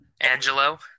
Angelo